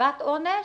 בקציבת העונש